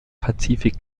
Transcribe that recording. pazifik